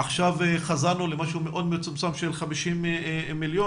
עכשיו חזרנו למשהו מאוד מצומצם של 50 מיליון,